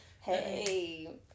Hey